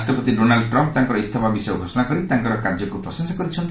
ରାଷ୍ଟ୍ରପତି Donald Trump ତାଙ୍କର ଇସ୍ତଫା ବିଷୟ ଘୋଷଣା କରି ତାଙ୍କର କାର୍ଯ୍ୟକୁ ପ୍ରଶଂସା କରିଛନ୍ତି